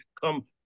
come